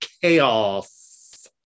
Chaos